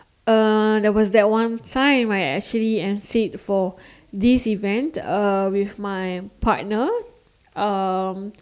uh there was that one time I actually emceed for this event uh with my partner um